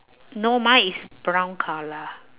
no mine is brown colour